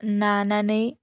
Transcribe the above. नानानै